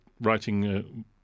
writing